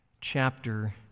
chapter